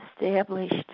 established